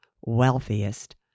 wealthiest